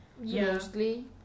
mostly